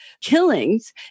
killings